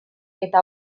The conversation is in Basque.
eta